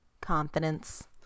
confidence